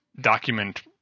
document